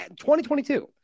2022